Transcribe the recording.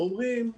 אומרים,